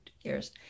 years